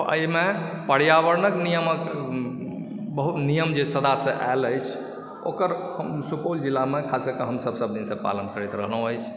एहिमे पर्यावरणक नियमक बहुत नियम जे सदासँ आयल अछि ओकर सुपौल जिलामे खास कए कऽ हमसभ सभ दिनसँ पालन करैत रहलहुँ अछि